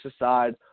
aside